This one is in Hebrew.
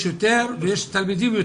יש יותר ויש יותר תלמידים.